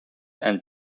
and